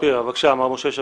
בבקשה, מר משה שפירא.